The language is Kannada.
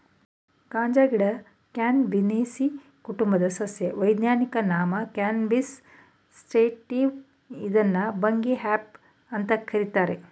ಗಾಂಜಾಗಿಡ ಕ್ಯಾನಬಿನೇಸೀ ಕುಟುಂಬದ ಸಸ್ಯ ವೈಜ್ಞಾನಿಕ ನಾಮ ಕ್ಯಾನಬಿಸ್ ಸೇಟಿವ ಇದ್ನ ಭಂಗಿ ಹೆಂಪ್ ಅಂತ ಕರೀತಾರೆ